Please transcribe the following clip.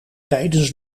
tijdens